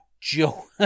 Joe